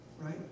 Right